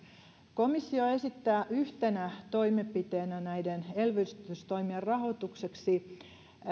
komissio esittää yhtenä toimenpiteenä näiden elvytystoimien rahoitukseksi